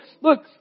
Look